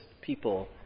people